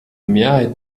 mehrheit